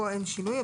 פה אין שינוי,